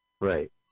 Right